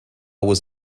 was